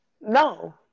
no